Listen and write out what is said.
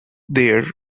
there